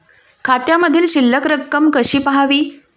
खात्यामधील शिल्लक रक्कम कशी पहावी?